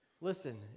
listen